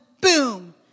boom